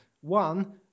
one